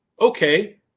okay